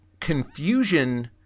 confusion